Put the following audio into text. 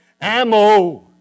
ammo